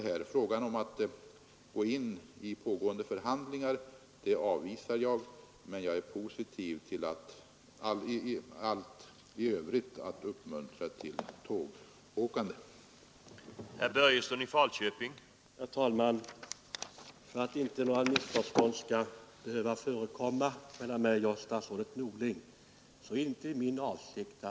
Att man skulle gå in i pågående förhandlingar avvisar jag, men jag är positiv till att i övrigt uppmuntra till tågåkande.